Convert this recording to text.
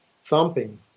thumping